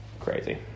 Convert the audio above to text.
Crazy